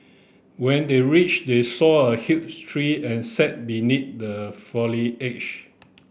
when they reached they saw a huge tree and sat beneath the foliage